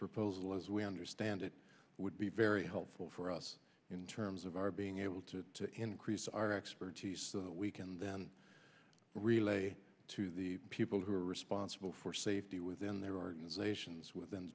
proposal as we understand it would be very helpful for us in terms of our being able to increase our expertise we can then relay to the people who are responsible for safety within their arguments asians within the